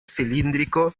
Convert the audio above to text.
cilíndrico